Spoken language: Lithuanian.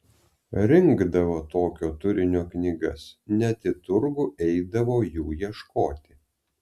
rinkdavo tokio turinio knygas net į turgų eidavo jų ieškoti